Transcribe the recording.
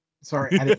sorry